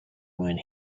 when